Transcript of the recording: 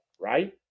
Right